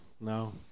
no